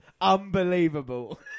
Unbelievable